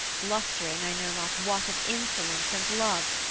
blustering i know not what of insolence and love,